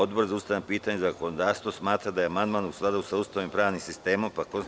Odbor za ustavna pitanja i zakonodavstvo smatra da je amandman u skladu sa Ustavom i pravnim sistemom Republike Srbije.